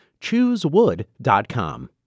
Choosewood.com